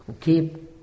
keep